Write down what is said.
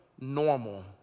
normal